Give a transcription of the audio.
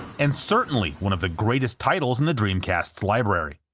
and certainly one of the greatest titles in the dreamcast's library.